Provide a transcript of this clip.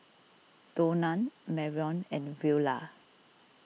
Donna Marrion and Willia